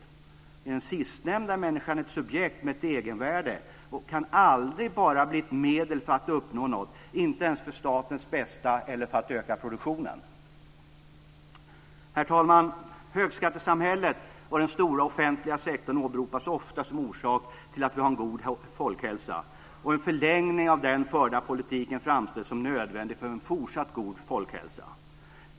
I den sistnämnda är människan ett subjekt med ett egenvärde och kan aldrig bara blir ett medel för att uppnå något, inte ens för statens bästa eller för att öka produktionen. Herr talman! Högskattesamhället och den stora offentliga sektorn åberopas ofta som orsak till att vi har en god hälsa, och en förlängning av den förda politiken framställs som nödvändig för en fortsatt god folkhälsa.